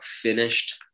finished